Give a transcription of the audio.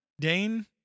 Dane